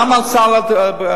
גם על סל הבריאות.